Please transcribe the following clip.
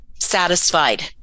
satisfied